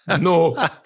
No